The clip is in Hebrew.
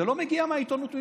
זה לא מגיע לעיתונות ממני.